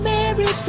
Mary